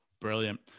Brilliant